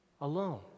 Alone